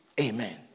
Amen